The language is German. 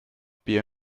bier